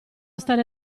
stare